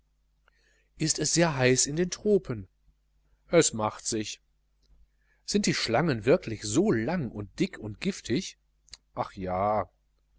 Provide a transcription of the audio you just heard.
ist es sehr heiß in den tropen es macht sich sind die schlangen wirklich so lang und dick und giftig ach ja